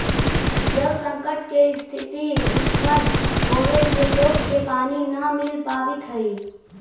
जल संकट के स्थिति उत्पन्न होवे से लोग के पानी न मिल पावित हई